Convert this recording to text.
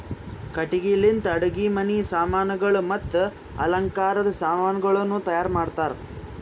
ಕಟ್ಟಿಗಿ ಲಿಂತ್ ಅಡುಗಿ ಮನಿ ಸಾಮಾನಗೊಳ್ ಮತ್ತ ಅಲಂಕಾರದ್ ಸಾಮಾನಗೊಳನು ತೈಯಾರ್ ಮಾಡ್ತಾರ್